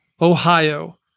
Ohio